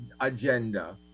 agenda